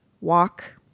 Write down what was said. walk